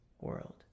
world